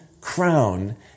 crown